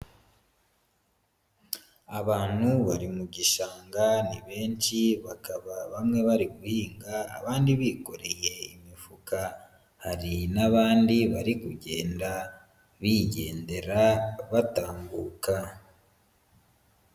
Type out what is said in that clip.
Abantu bari mu gishanga ni benshi bakaba bamwe bari guhinga abandi bikoreye imifuka, hari n'abandi bari kugenda bigendera batambuka.